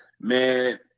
Man